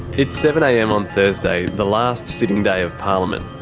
it's seven am on thursday, the last sitting day of parliament.